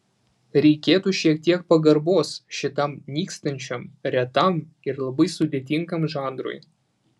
reikėtų šiek tiek pagarbos šitam nykstančiam retam ir labai sudėtingam žanrui